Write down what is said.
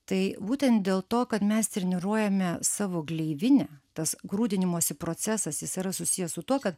tai būtent dėl to kad mes treniruojame savo gleivinę tas grūdinimosi procesas jis yra susijęs su tuo kad